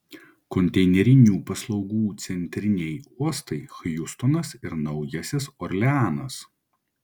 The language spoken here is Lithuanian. konteinerinių paslaugų centriniai uostai hjustonas ir naujasis orleanas